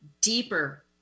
deeper